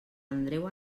andreu